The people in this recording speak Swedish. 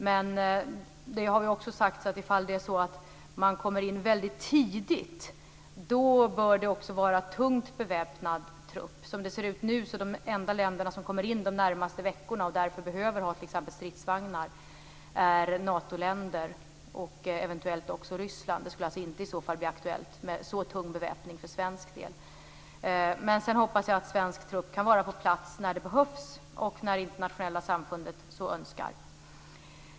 Det har också sagts att det, om man kommer in i ett väldigt tidigt skede, bör vara en tungt beväpnad trupp. Som det ser ut nu är det endast Natoländer och eventuellt också Ryssland som kommer in de närmaste veckorna och därför behöver ha t.ex. stridsvagnar. Det skulle i så fall inte bli aktuellt med en så tung beväpning för svensk del. Jag hoppas att en svensk trupp kan vara på plats när den behövs och när det internationella samfundet så önskar.